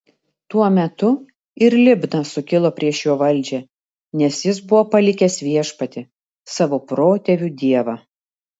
tuo metu ir libna sukilo prieš jo valdžią nes jis buvo palikęs viešpatį savo protėvių dievą